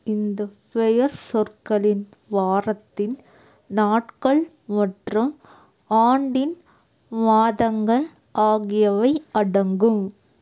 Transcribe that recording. இந்த பெயர்ச்சொற்களின் வாரத்தின் நாட்கள் மற்றும் ஆண்டின் மாதங்கள் ஆகியவை அடங்கும்